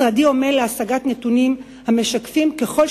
משרדי עמל להשגת נתונים המשקפים ככל